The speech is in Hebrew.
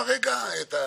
כי ראו שיש צדק בדרישה